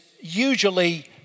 usually